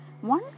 one